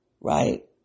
right